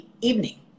evening